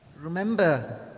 Remember